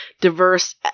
diverse